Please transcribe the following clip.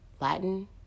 latin